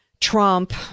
Trump